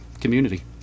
community